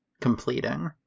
completing